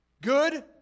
good